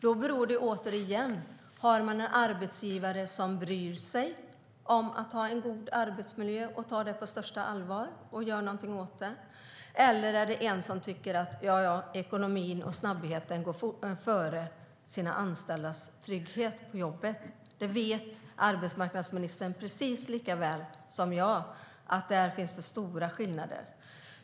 Då blir frågan återigen: Har man en arbetsgivare som bryr sig om en god arbetsmiljö, tar problemen på största allvar och gör någonting åt dem, eller en som tycker att ekonomin och snabbheten går före de anställdas trygghet på jobbet? Arbetsmarknadsministern vet lika väl som jag att där finns stora skillnader.